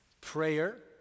Prayer